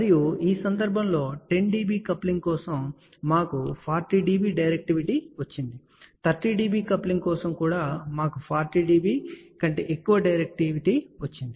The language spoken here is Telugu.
మరియు ఈ సందర్భంలో 10 dB కప్లింగ్ కోసం మాకు 40 dB డైరెక్టివిటీ వచ్చింది 30 dB కప్లింగ్ కోసం కూడా మాకు 40 dB కంటే ఎక్కువ డైరెక్టివిటీ వచ్చింది